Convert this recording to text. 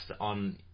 on